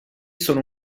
sono